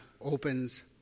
opens